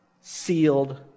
sealed